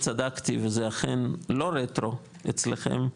צדקתי וזה אכן לא רטרו אצלכם,